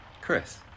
Chris